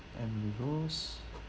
andrew